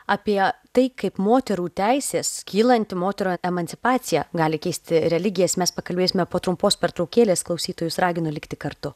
apie tai kaip moterų teisės kylanti moterų emancipacija gali keisti religijas mes pakalbėsime po trumpos pertraukėlės klausytojus raginu likti kartu